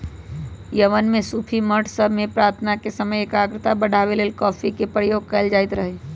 Yemen में सूफी मठ सभ में प्रार्थना के समय एकाग्रता बढ़ाबे के लेल कॉफी के प्रयोग कएल जाइत रहै